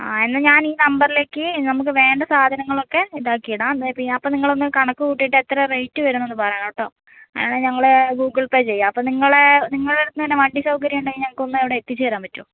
ആ എന്നാൽ ഞാൻ ഈ നമ്പറിലേക്ക് നമുക്ക് വേണ്ട സാധനങ്ങളൊക്കെ ഇതാക്കി ഇടാം നിങ്ങൾ എന്നാൽ കണക്ക് കൂട്ടിയിട്ട് എത്രയാണ് റേറ്റ് വരുന്നതെന്ന് പറയണം കേട്ടോ എന്നാൽ ഞങ്ങൾ ഗൂഗിൾ പേ ചെയ്യാം അപ്പോൾ നിങ്ങൾ നിങ്ങളുടെ അടുത്ത് തന്നെ നിന്ന് വണ്ടി സൗകര്യം ഉണ്ടെങ്കിൽ ഞങ്ങൾക്ക് ഒന്ന് അവിടെ എത്തിച്ച് തരാൻ പറ്റുമോ